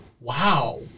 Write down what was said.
wow